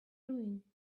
doing